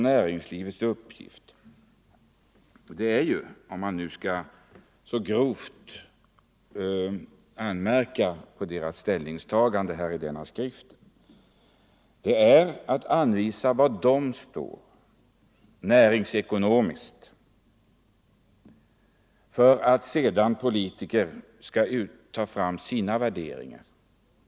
Näringslivets uppgift är — om man skall anmärka på dess ställningstagande i denna skrift — att anvisa var det står näringsekonomiskt för att sedan politikerna skall kunna ta fram sina värderingar.